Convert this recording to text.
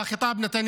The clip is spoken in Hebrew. תרגומם:)